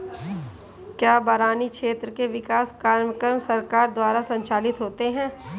क्या बरानी क्षेत्र के विकास कार्यक्रम सरकार द्वारा संचालित होते हैं?